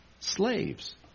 Slaves